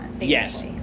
Yes